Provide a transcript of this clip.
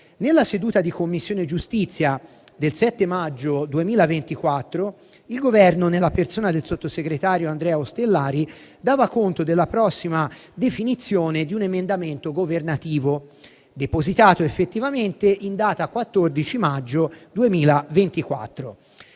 Nella seduta della Commissione giustizia del 7 maggio 2024 il Governo, nella persona del sottosegretario Andrea Ostellari, dava conto della prossima definizione di un emendamento governativo depositato effettivamente in data 14 maggio 2024.